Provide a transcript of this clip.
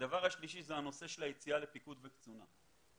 הנושא של היציאה לפיקוד וקצונה.